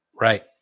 Right